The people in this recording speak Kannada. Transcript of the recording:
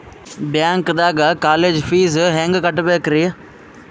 ಬ್ಯಾಂಕ್ದಾಗ ಕಾಲೇಜ್ ಫೀಸ್ ಹೆಂಗ್ ಕಟ್ಟ್ಬೇಕ್ರಿ?